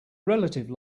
relative